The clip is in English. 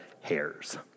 hairs